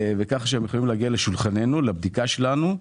כך שהם יכולים להגיע לשולחננו, לבדיקה שלנו,